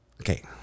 okay